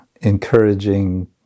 encouraging